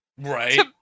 right